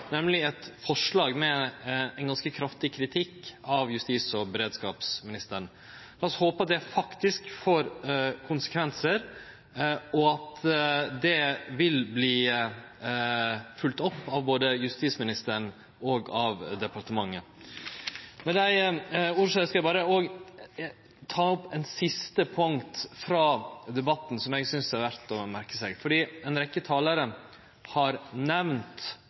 nemleg eit forslag med ein ganske kraftig kritikk av justis- og beredskapsministeren. Lat oss håpe at det faktisk får konsekvensar, og at det vil verte følgt opp av både justisministeren og departementet. Med desse orda skal eg berre ta opp eit siste punkt frå debatten som eg synest er verdt å merkje seg. Ei rekkje talarar har nemnt